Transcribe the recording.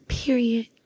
period